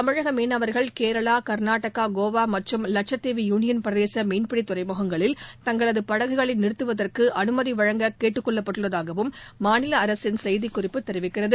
தமிழக மீனவர்கள் கேரளா கர்நாடகா கோவா மற்றும் வட்சத்தீவு யூனியன் பிரதேச மீன்பிடி துறைமுகங்களில் தங்களது படகுகளை நிறுத்துவதற்கு அனுமதி வழங்க கேட்டுக் கொள்ளப்பட்டுள்ளதாகவும் மாநில அரசின் செய்திக்குறிப்பு தெரிவிக்கிறது